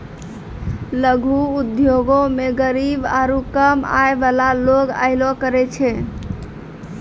लघु उद्योगो मे गरीब आरु कम आय बाला लोग अयलो करे छै